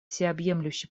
всеобъемлющий